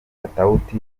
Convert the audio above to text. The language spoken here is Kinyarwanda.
katauti